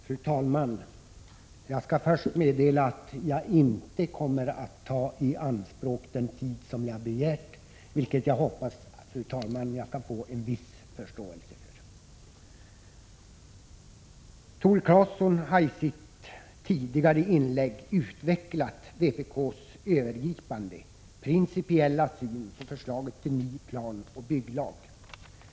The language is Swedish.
Fru talman! Jag skall först meddela att jag inte kommer att ta i anspråk den tid som jag begärt, vilket jag hoppas få en viss förståelse för. Tore Claeson har i ett tidigare inlägg utvecklat vpk:s övergripande principiella syn på förslaget till ny planoch bygglag.